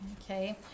Okay